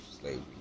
slavery